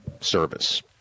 service